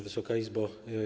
Wysoka Izbo!